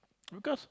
because